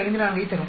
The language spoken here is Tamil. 54 தரும்